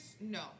No